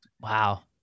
Wow